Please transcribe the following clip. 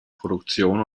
produktion